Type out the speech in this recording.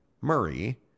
Murray